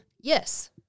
Yes